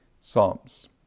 Psalms